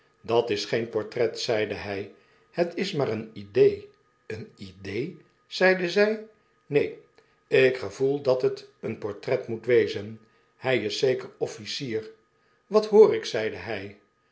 dat is geen portret zeide hy het is maar een idee een idee zeide zy neen ik gevoel dat het een portret moet wezen hy is zeker officier wat hoor ik zeide hy